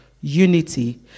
unity